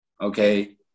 Okay